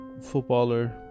footballer